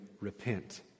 repent